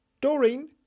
Doreen